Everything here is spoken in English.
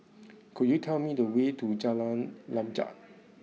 could you tell me the way to Jalan Lanjut